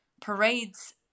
parades